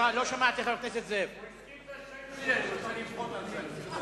אני רוצה למחות על זה.